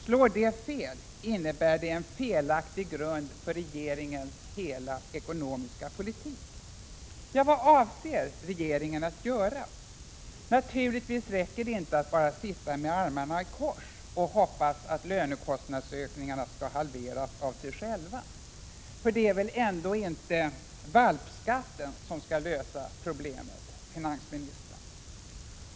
Slår det fel, innebär det en felaktig grund för regeringens hela ekonomiska politik. Vad avser regeringen att göra? Naturligtvis räcker det inte att bara sitta med armarna i kors och hoppas att lönekostnadsökningarna skall halveras av sig själva. För det är väl ändå inte valpskatten som skall lösa problemen, finansministern?